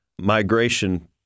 migration